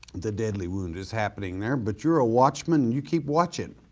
the deadly wound is happening there, but you're a watchman and you keep watching.